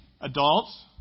Adults